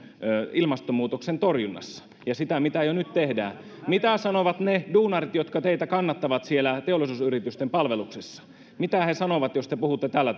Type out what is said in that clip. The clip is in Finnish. ilmastonmuutoksen torjunnassa ja sitä mitä jo nyt tehdään mitä sanovat ne duunarit jotka teitä kannattavat siellä teollisuusyritysten palveluksessa mitä he sanovat jos te puhutte tällä